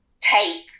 tape